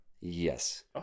Yes